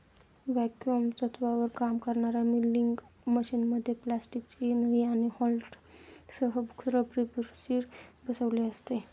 vacuum तत्त्वावर काम करणाऱ्या मिल्किंग मशिनमध्ये प्लास्टिकची नळी आणि व्हॉल्व्हसह रबरी बुश बसविलेले असते